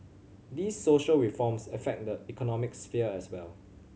these social reforms affect the economic sphere as well